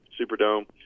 Superdome